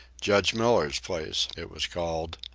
judge miller's place, it was called.